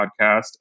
podcast